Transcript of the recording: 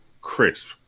crisp